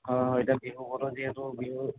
হয় হয় এতিয়া বিহু বতৰ যিহেতু বিহু